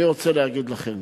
אני רוצה להגיד לכם